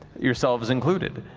yourselves included.